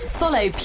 follow